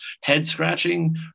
head-scratching